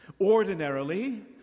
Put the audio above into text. ordinarily